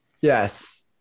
Yes